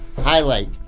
highlight